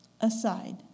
aside